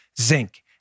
zinc